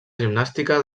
gimnàstica